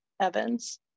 Evans